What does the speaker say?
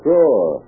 Sure